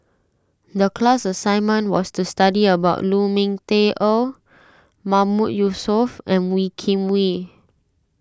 the class assignment was to study about Lu Ming Teh Earl Mahmood Yusof and Wee Kim Wee